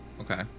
okay